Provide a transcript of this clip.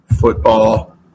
football